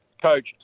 coach